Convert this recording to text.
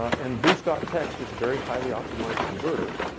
and boost ah text is a very highly optimized converter,